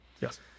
Yes